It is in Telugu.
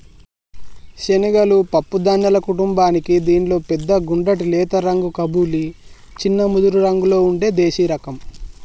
శనగలు పప్పు ధాన్యాల కుటుంబానికీ దీనిలో పెద్ద గుండ్రటి లేత రంగు కబూలి, చిన్న ముదురురంగులో ఉండే దేశిరకం